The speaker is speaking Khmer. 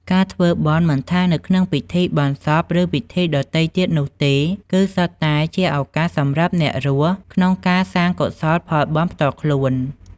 ការធ្វើបុណ្យមិនថានៅក្នុងពិធីបុណ្យសព ឬពិធីដទៃទៀតនោះទេ គឺសុទ្ធតែជាឱកាសសម្រាប់អ្នករស់ក្នុងការសាងកុសលផលបុណ្យផ្ទាល់ខ្លួន។